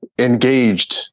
engaged